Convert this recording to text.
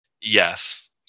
Yes